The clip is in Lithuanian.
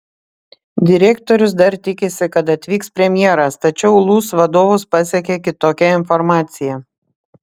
direktorius dar tikisi kad atvyks premjeras tačiau lūs vadovus pasiekė kitokia informacija